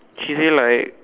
she say like